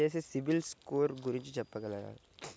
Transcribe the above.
దయచేసి CIBIL score గురించి చెప్పగలరా?